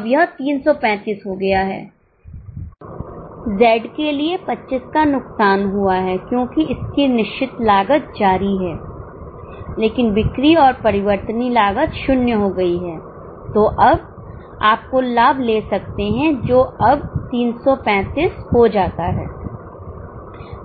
अब यह 335 हो गया है Z के लिए 25 का नुकसान हुआ है क्योंकि इसकी निश्चित लागत जारी है लेकिन बिक्री और परिवर्तनीय लागत 0 हो गई है तो अब आप कुल लाभ ले सकते हैं जो अब ३३५ हो जाता है